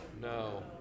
No